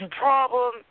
problem